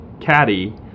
caddy